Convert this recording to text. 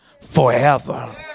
forever